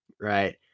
Right